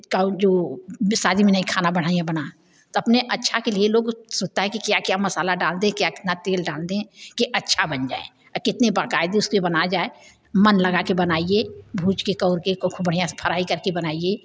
और जो शादी में नहीं खाना बढ़िया बना तो अपने अच्छा के लिए लोग सोचते हैं कि क्या क्या मसाला डाल दें क्या कितना तेल डाल दें कि अच्छा बन जाए और कितने बक़ायदा उसको बनाया जाए मन लगा के बनाइए भुज के कउर के ख़ूब ख़ूब बढ़िया से फ्राइ कर के बनाइए